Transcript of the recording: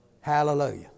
Hallelujah